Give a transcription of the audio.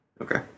Okay